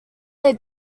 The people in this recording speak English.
their